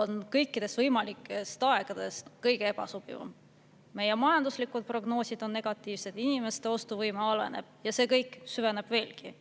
on kõikidest võimalikest aegadest kõige ebasobivam. Meie majanduslikud prognoosid on negatiivsed, inimeste ostuvõime halveneb ja see kõik süveneb veelgi.